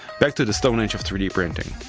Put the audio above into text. back to the stone age of three d printing.